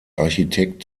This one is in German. architekt